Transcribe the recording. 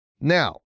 now